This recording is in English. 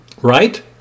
Right